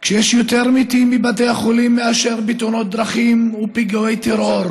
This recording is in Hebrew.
כשיש יותר מתים בבתי החולים מאשר בתאונות דרכים ובפיגועי טרור?